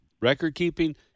record-keeping